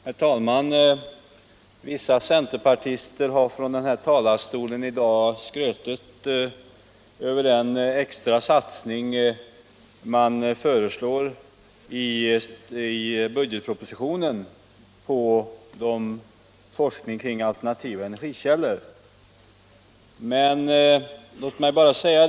Herr talman! Vissa centerpartister har i dag från denna talarstol skrutit över den extra satsning på forskning kring alternativa energikällor som föreslås i budgetpropositionen.